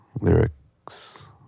lyrics